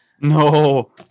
no